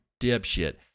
dipshit